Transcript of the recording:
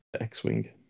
X-Wing